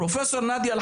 פרופ' נאדיה אל